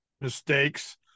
mistakes